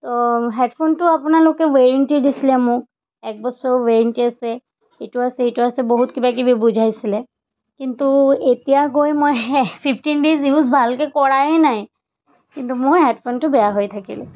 অঁ হেডফোনটো আপোনালোকে ৱেৰেণ্টি দিছিলে মোক এক বছৰ ৱেৰেণ্টি আছে এইটো আছে এইটো আছে বহুত কিবাকিবি বুজাইছিলে কিন্তু এতিয়া গৈ মই ফিফটিন ডেজ ইউজ ভালকৈ কৰাই নাই কিন্তু মোৰ হেডফোনটো বেয়া হৈ থাকিলে